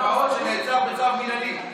נער גבעות שנעצר בצו מינהלי.